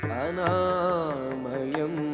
anamayam